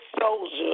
soldier